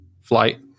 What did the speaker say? flight